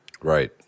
right